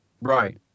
Right